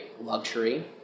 luxury